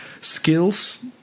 skills